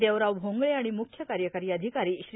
देवराव भोंगळे आणि म्रुख्य कार्यकारी अधिकारी श्री